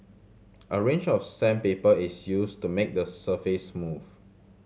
a range of sandpaper is used to make the surface smooth